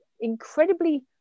incredibly